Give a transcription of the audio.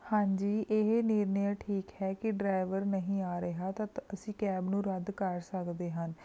ਹਾਂਜੀ ਇਹ ਨਿਰਣਾ ਠੀਕ ਹੈ ਕਿ ਡਰਾਇਵਰ ਨਹੀਂ ਆ ਰਿਹਾ ਤਾਂ ਤ ਅਸੀਂ ਕੈਬ ਨੂੰ ਰੱਦ ਕਰ ਸਕਦੇ ਹਨ